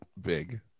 big